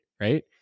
right